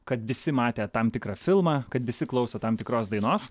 kad visi matė tam tikrą filmą kad visi klauso tam tikros dainos